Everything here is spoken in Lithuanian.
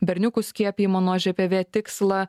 berniukų skiepijimo nuo žpv tikslą